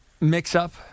mix-up